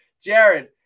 Jared